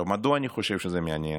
מדוע אני חושב שזה מעניין?